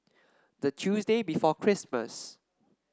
the Tuesday before Christmas